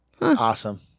Awesome